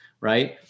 right